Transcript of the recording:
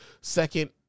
second